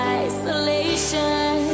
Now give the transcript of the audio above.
isolation